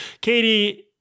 Katie